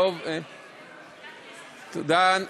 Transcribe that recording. תודה.